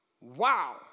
Wow